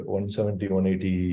170-180